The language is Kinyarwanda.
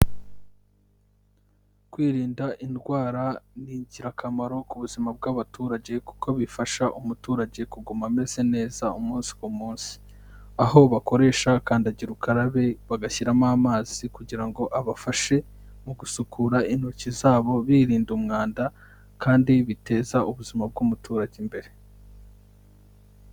Kwirinda indwara ni ingirakamaro ku buzima bw'abaturage kuko bifasha umuturage kuguma ameze neza umunsi ku munsi. Aho bakoresha kandagirukarabe bagashyiramo amazi kugira ngo abafashe mu gusukura intoki zabo birinda umwanda, kandi biteza ubuzima bw'umuturage imbere.